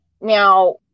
Now